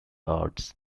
arts